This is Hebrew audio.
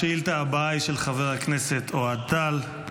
השאילתה הבאה היא של חבר הכנסת אוהד טל.